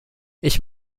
ich